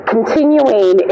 Continuing